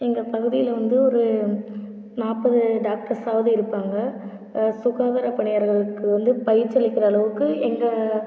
எங்கள் பகுதியில் வந்து ஒரு நாற்பது டாக்டர்ஸாவது இருப்பாங்க சுகாதாரப்பணியாளர்களுக்கு வந்து பயிற்சி அளிக்கிற அளவுக்கு எங்கள்